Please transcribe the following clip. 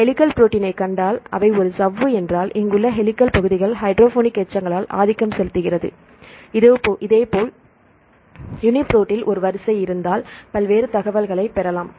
helical புரோட்டீனை கண்டால் அவை ஒரு சவ்வு என்றால் இங்குள்ள ஹெலிகல் பகுதிகள் ஹைட்ரோபோனிக் எச்சங்களால் ஆதிக்கம் செலுத்துகிறது இதேபோல் யூனிபிரோட்டில் ஒரு வரிசை இருந்தால் பல்வேறு தகவல்களைப் பெறலாம்